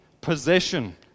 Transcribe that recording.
possession